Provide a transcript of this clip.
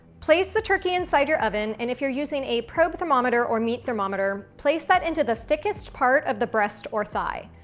place the turkey inside your oven, and if you're using a probe thermometer or meat thermometer, place that into the thickest part of the breast or thigh.